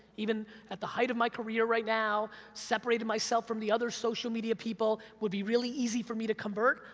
even at the height of my career right now, separated myself from the other social media people would be really easy for me to convert,